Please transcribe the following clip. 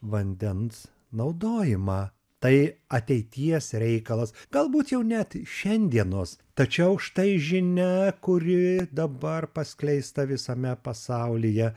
vandens naudojimą tai ateities reikalas galbūt jau net šiandienos tačiau štai žinia kuri dabar paskleista visame pasaulyje